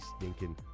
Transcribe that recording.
stinking